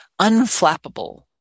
unflappable